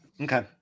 Okay